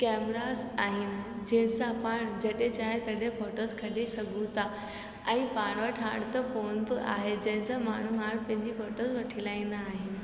cameras आहिनि जंहिंसां पाण जॾ्हिं चाहे तॾहिं फोटोज़ कढी सघूं था ऐं पाण वटि हाणे त फोन बि आहे जंहिंसां माण्हू हाणे पंहिंजी फोटो वठी लाहींदा आहिनि